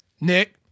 Nick